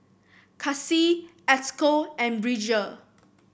Casie Esco and Bridger